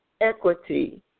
equity